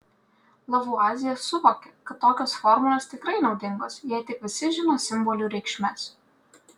lavuazjė suvokė kad tokios formulės tikrai naudingos jei tik visi žino simbolių reikšmes